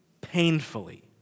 painfully